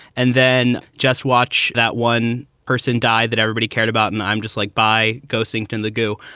and then just watch that one person die that everybody cared about. and i'm just like by ghost inked in the goo.